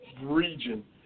region